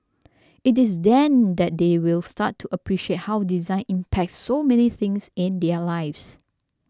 it is then that they will start to appreciate how design impacts so many things in their lives